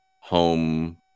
home